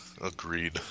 Agreed